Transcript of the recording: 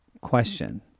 Question